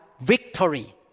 victory